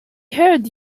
heard